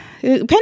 Penny